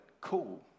cool